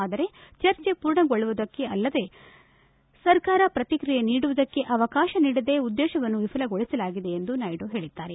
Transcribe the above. ಆದರೆ ಚರ್ಚೆ ಪೂರ್ಣಗೊಳ್ಳುವುದಕ್ಕೆ ಅಲ್ಲದೆ ಸರ್ಕಾರ ಪ್ರತಿಕ್ರಿಯೆ ನೀಡುವುದಕ್ಕೆ ಅವಕಾಶ ನೀಡದೇ ಉದ್ದೇತವನ್ನು ವಿಫಲಗೊಳಿಸಲಾಗಿದೆ ಎಂದು ನಾಯ್ಡು ಹೇಳಿದ್ದಾರೆ